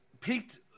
Pete